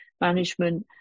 management